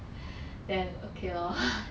then okay lor